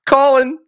Colin